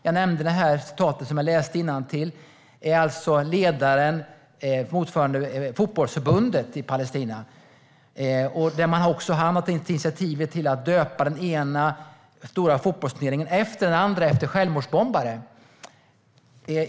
De ord jag läste upp tidigare kommer alltså från ledaren för Palestinas motsvarighet till Fotbollförbundet, där man har tagit initiativet att döpa den ena stora fotbollsturneringen efter den andra efter självmordsbombare.